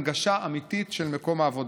הנגשה אמיתית של מקום העבודה.